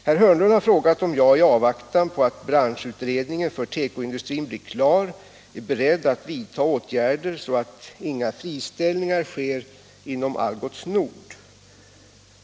Herr Hörnlund har frågat om jag, i avvaktan på att branschutredningen för tekoindustrin blir klar, är beredd att vidta åtgärder så att inga friställningar sker inom Algots Nord.